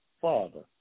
father